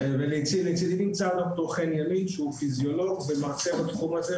לצדי נמצא ד"ר חן ימין שהוא פיזיולוג ומרצה בתחום הזה,